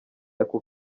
ako